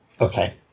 Okay